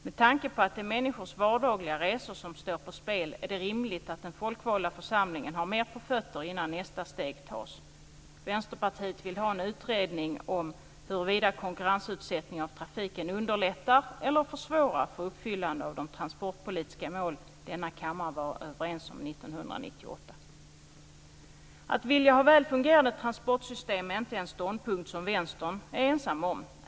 Med tanke på att det är människors vardagliga resor som står på spel är det rimligt att den folkvalda församlingen får mer på fötterna innan nästa steg tas. Vänsterpartiet vill ha en utredning om huruvida konkurrensutsättningen av trafiken underlättar eller försvårar uppfyllandet av de transportpolitiska mål som man i denna kammare var överens om 1998. Att vilja ha väl fungerande transportsystem är inte en ståndpunkt som Vänstern är ensam om.